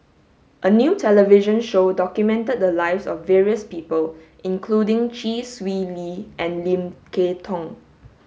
a new television show documented the lives of various people including Chee Swee Lee and Lim Kay Tong